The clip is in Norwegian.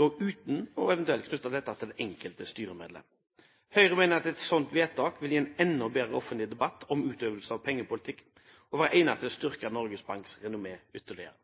dog uten å knytte dette til det enkelte styremedlem. Høyre mener at et slikt vedtak vil gi en enda bedre offentlig debatt om utøvelsen av pengepolitikken, og vil være egnet til å styrke Norges Banks renommé ytterligere.